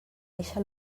eixa